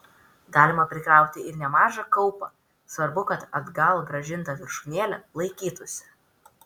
galima prikrauti ir nemažą kaupą svarbu kad atgal grąžinta viršūnėlė laikytųsi